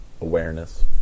Awareness